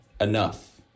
enough